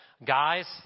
Guys